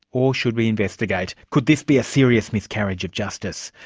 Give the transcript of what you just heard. or should we investigate? could this be a serious miscarriage of justice?